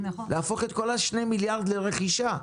להפוך את כל ה-2 מיליארד שקל לרכישה.